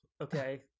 okay